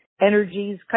energies